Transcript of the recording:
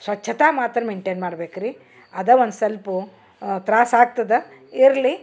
ಸ್ವಚ್ಛತಾ ಮಾತ್ರ ಮೆಂಟೇನ್ ಮಾಡ್ಬೇಕ್ರಿ ಅದಾ ಒಂದು ಸೊಲ್ಪ ತ್ರಾಸಾಗ್ತದ ಇರಲಿ